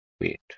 wait